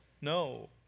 No